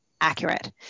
accurate